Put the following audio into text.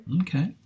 Okay